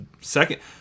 second